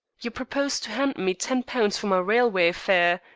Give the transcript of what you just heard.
you propose to hand me ten pounds for my railway fare,